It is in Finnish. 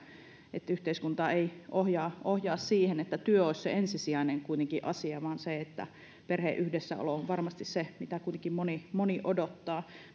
että yhteiskunta ei ohjaa ohjaa siihen että työ olisi se ensisijainen asia vaan perheen yhdessäolo on varmasti se mitä kuitenkin moni moni odottaa